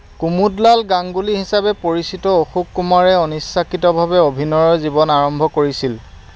কুমুদলাল গাঙ্গুলি হিচাপে পৰিচিত অশোক কুমাৰে অনিচ্ছাকৃতভাৱে অভিনয়ৰ জীৱন আৰম্ভ কৰিছিল